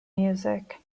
music